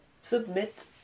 submit